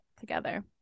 together